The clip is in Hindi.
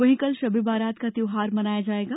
वहीं कल शब ए बारात का त्यौहार मनाया जायेगा